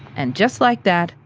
and just like that,